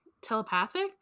telepathic